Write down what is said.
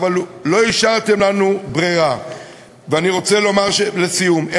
אמרתי וחזרתי ואמרתי בכל פורום אפשרי כי